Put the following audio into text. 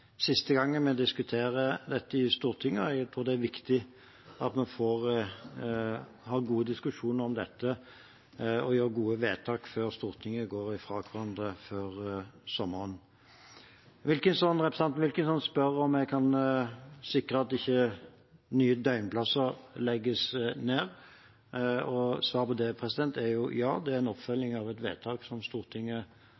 dette og gjøre gode vedtak før Stortinget går fra hverandre før sommeren. Representanten Wilkinson spør om jeg kan sikre at nye døgnplasser ikke legges ned, og svaret på det er ja; det er en oppfølging